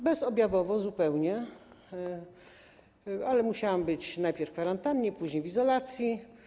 Bezobjawowo zupełnie, ale musiałam być najpierw w kwarantannie, później w izolacji.